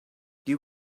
you